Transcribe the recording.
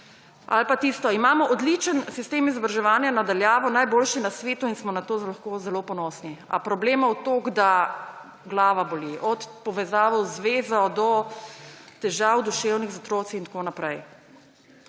Ali pa tisto – imamo odličen sistem izobraževanja na daljavo, najboljši na svetu in smo na to lahko zelo ponosni. A problemov toliko, da glava boli, od povezav z zvezo do duševnih težav otrok in tako naprej.